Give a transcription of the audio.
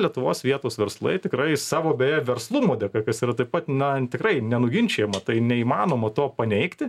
lietuvos vietos verslai tikrai savo beje verslumo dėka kas yra taip pat na tikrai nenuginčijama tai neįmanoma to paneigti